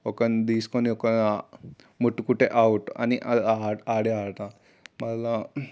ఒకరిని తీసుకుని ఒక ముట్టుకుంటే ఔట్ అని ఆడే ఆట మళ్ళా